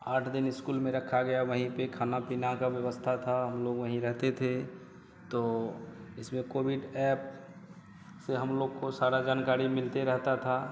आठ दिन इस्कुल में रखा गया वहीं पर खाने पीने की व्यवस्था था हम लोग वहीं रहते थे तो इसमें कोविड एप से हम लोग को सारी जानकारी मिलती रहती थी